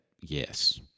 Yes